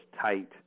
tight